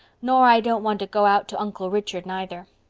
nor i don't want to go out to uncle richard neither.